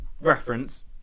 reference